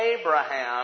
Abraham